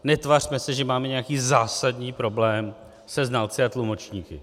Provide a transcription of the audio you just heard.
Netvařme se, že máme nějaký zásadní problém se znalci a tlumočníky.